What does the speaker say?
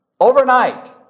Overnight